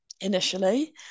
initially